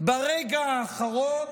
ברגע האחרון